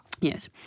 Yes